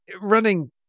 Running